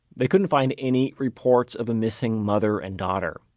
they couldn't find any reports of a missing mother and daughter.